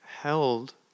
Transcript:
held